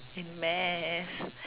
in math